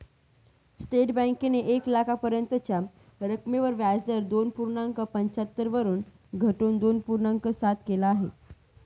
state बँकेने एक लाखापर्यंतच्या रकमेवर व्याजदर दोन पूर्णांक पंच्याहत्तर वरून घटवून दोन पूर्णांक सात केल आहे